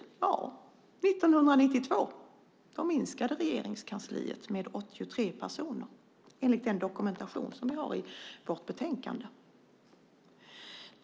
Ja, år 1992 minskade antalet anställda i Regeringskansliet med 83 personer enligt den dokumentation som vi har i vårt betänkande.